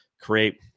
create